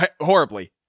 horribly